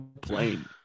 plane